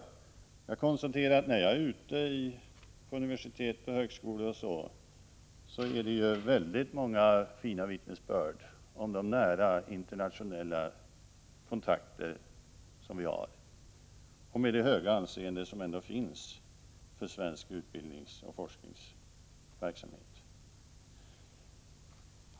När jag har varit ute på universitet och högskolor har jag hört väldigt många fina vittnesbörd om de nära internationella kontakter som vi har och om det höga anseende som ändå finns för svensk utbildningsoch forskningsverksamhet.